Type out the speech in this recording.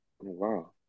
wow